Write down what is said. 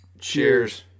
Cheers